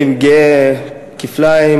אני גאה כפליים,